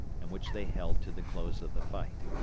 and which they held to the close of the fight.